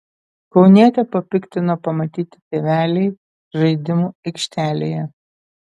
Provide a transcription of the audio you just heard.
kaunietę papiktino pamatyti tėveliai žaidimų aikštelėje